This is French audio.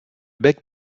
bec